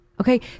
Okay